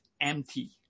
empty